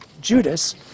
Judas